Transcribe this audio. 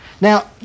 Now